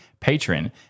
patron